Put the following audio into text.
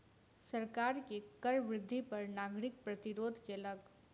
सरकार के कर वृद्धि पर नागरिक प्रतिरोध केलक